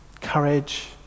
courage